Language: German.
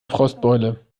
frostbeule